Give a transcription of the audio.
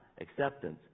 Acceptance